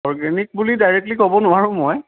organic বুলি directly ক'ব নোৱাৰোঁ মই